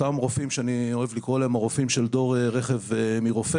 אותם רופאים שאני אוהב לקרוא להם: הרופאים של דור רכב מרופא